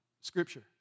scripture